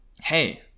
hey